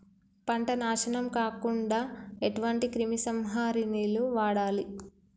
పంట నాశనం కాకుండా ఎటువంటి క్రిమి సంహారిణిలు వాడాలి?